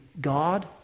God